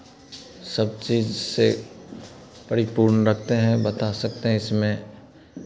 सब चीज़ से परिपूर्ण रखते हैं बता सकते हैं इसमें